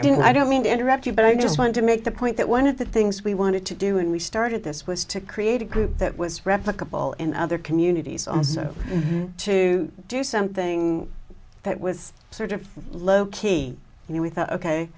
mean i don't mean to interrupt you but i just want to make the point that one of the things we wanted to do and we started this was to create a group that was replicable in other communities also to do something that was sort of low key and we thought ok